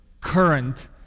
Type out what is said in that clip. current